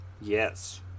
Yes